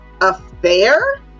affair